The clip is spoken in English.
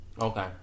Okay